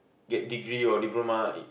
get degree or diploma it